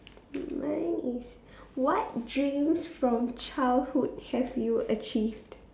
mine is what dream from childhood have you achieved